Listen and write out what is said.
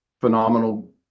phenomenal